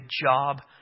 job